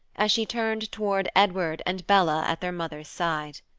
as she turned toward edward and bella at their mother's side.